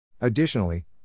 Additionally